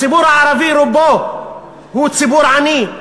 הציבור הערבי הוא רובו ציבור עני,